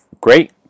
great